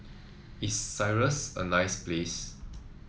is Cyprus a nice place